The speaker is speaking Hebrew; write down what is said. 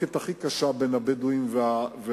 המחלוקת הכי קשה בין הבדואים למדינה,